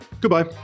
goodbye